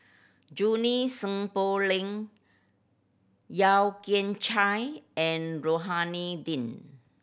Junie Sng Poh Leng Yeo Kian Chye and Rohani Din